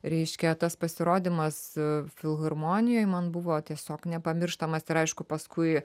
reiškia tas pasirodymas filharmonijoj man buvo tiesiog nepamirštamas ir aišku paskui